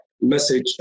message